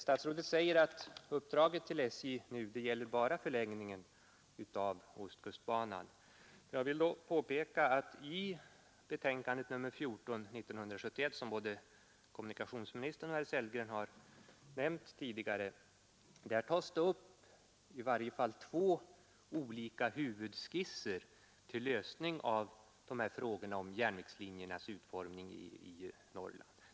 Statsrådet säger att uppdraget till SJ nu gäller bara förlängningen av ostkustbanan. Jag vill påpeka att i betänkandet nr 14 år 1971, som både kommunikationsministern och herr Sellgren har nämnt tidigare, tas upp i varje fall två olika huvudskisser till lösning av dessa frågor om vissa järnvägslinjers utformning i Norrland.